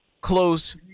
close